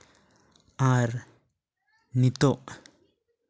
ᱟᱨ ᱱᱤᱛᱚᱜ